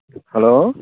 hello